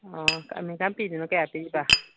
ꯑꯣ ꯑꯃꯦꯔꯤꯀꯥꯟ ꯄꯤꯗꯨꯅ ꯀꯌꯥ ꯄꯤꯔꯤꯕ